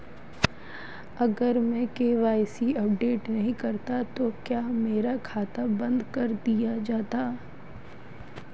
अगर मैं KYC update नहीं करता तो क्या मेरा खाता बंद कर दिया जाएगा?